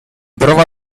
prova